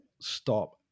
stop